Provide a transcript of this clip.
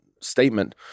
statement